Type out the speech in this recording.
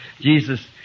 Jesus